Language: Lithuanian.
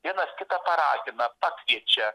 vienas kitą paragina pakviečia